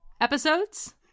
episodes